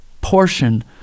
portion